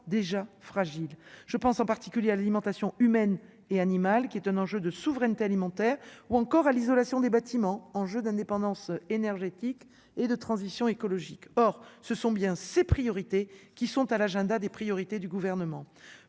déjà fragiles, je pense en particulier à l'alimentation humaine et animale, qui est un enjeu de souveraineté alimentaire ou encore à l'isolation des bâtiments en jeu d'indépendance énergétique et de transition écologique, or ce sont bien ses priorités qui sont à l'agenda des priorités du gouvernement,